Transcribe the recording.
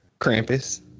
Krampus